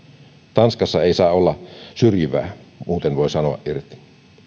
tanskassa ei saa olla syrjivää muuten voi sanoa irti